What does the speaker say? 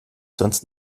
sonst